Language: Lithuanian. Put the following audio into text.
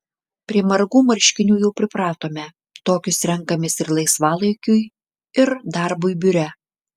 prie margų marškinių jau pripratome tokius renkamės ir laisvalaikiui ir darbui biure